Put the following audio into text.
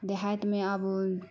دیہات میں اب